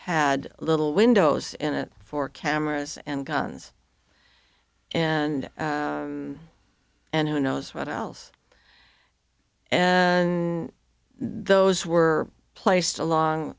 had little windows in it for cameras and guns and and who knows what else and those were placed along